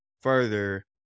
further